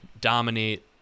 dominate